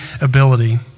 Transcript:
ability